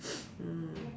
um